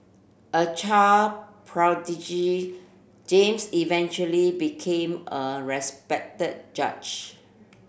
a child prodigy James eventually became a respected judge